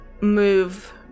move